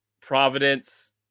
Providence